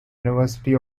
university